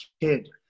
kid